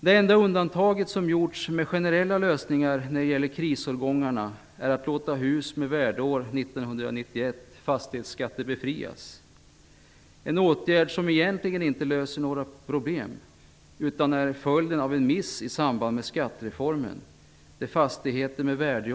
Det enda undantag som gjorts med generella lösningar när det gäller krisårgångarna är att låta hus med värdeår 1991 fastighetsskattebefrias. Det är en åtgärd som egentligen inte löser några problem. Den är följden av en miss i samband med skattereformen.